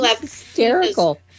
hysterical